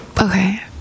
Okay